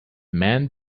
men